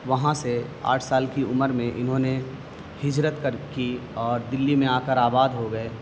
وہاں سے آٹھ سال کی عمر میں انہوں نے ہجرت کر کی اور دلی میں آ کر آباد ہو گئے